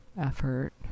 effort